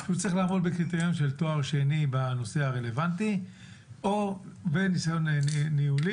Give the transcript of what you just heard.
הוא צריך לעמוד בקריטריונים של תואר שני בנושא הרלוונטי וניסיון ניהולי,